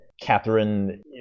Catherine